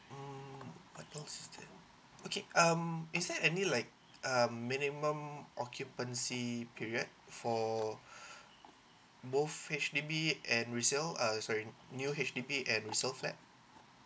mm I think is that okay um is there any like um minimum occupancy period for both H_D_B and resale uh sorry new H_D_B and resale flat